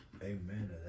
amen